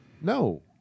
No